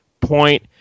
point